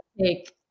take